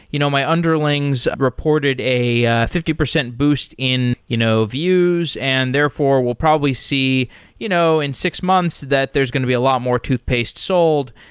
you know my underlings reported a a fifty percent boost in you know views. and therefore, we'll probably see you know in six months that there's going to be a lot more toothpaste sold,